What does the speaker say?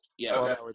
yes